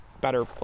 better-